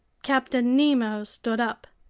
captain nemo stood up.